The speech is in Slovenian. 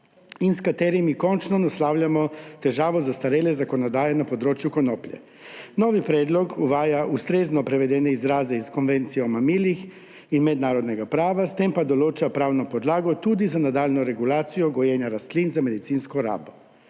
in s katerim končno naslavljamo težavo zastarele zakonodaje na področju konoplje. Novi predlog uvaja ustrezno prevedene izraze iz konvencije o mamilih in mednarodnega prava, s tem pa določa pravno podlago tudi za nadaljnjo regulacijo gojenja rastlin za medicinsko rabo.